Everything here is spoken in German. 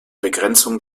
begrenzung